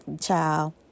child